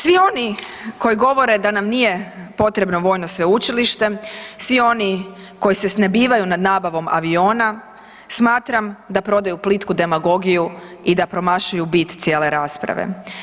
Svi oni koji govore da nam nije potrebno vojno sveučilište, svi oni koji se snebivaju nad nabavom aviona smatram da prodaju plitku demagogiju i da promašuju bit cijele rasprave.